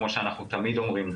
כמו שאנחנו תמיד אומרים,